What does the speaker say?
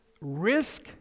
risk